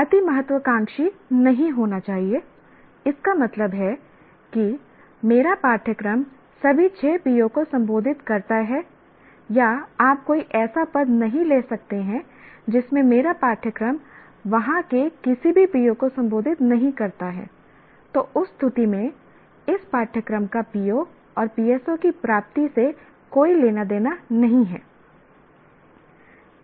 अति महत्वाकांक्षी नहीं होना चाहिए इसका मतलब है कि मेरा पाठ्यक्रम सभी 6 PO को संबोधित करता है या आप कोई ऐसा पद नहीं ले सकते हैं जिसमें मेरा पाठ्यक्रम वहां के किसी भी PO को संबोधित नहीं करता है तो उस स्थिति में इस पाठ्यक्रम का PO और PSO की प्राप्ति से कोई लेना देना नहीं है